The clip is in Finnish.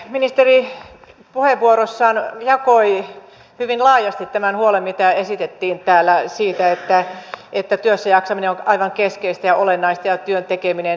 ministeri puheenvuorossaan jakoi hyvin laajasti tämän huolen mitä esitettiin täällä siitä että työssäjaksaminen on aivan keskeistä ja olennaista ja työn tekeminen